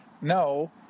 no